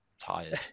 tired